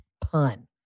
pun